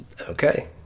Okay